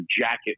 jacket